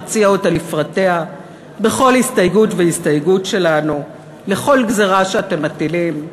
נציע אותה לפרטיה בכל הסתייגות והסתייגות שלנו לכל גזירה שאתם מטילים,